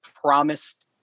promised